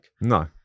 No